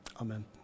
Amen